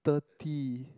thirty